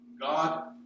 God